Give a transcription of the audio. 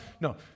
No